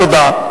תודה.